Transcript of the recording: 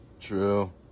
True